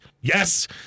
yes